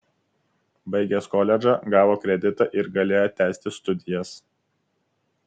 baigęs koledžą gavo kreditą ir galėjo tęsti studijas